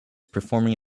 performing